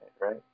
right